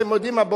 אתם יודעים מה,